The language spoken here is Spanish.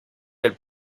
del